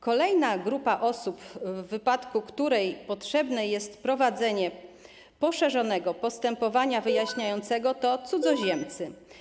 Kolejna grupa osób, w wypadku której potrzebne jest prowadzenie poszerzonego postępowania wyjaśniającego, to cudzoziemcy.